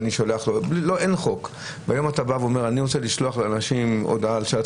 ואתה אומר: אני רוצה לשלוח לאנשים הודעה על שעת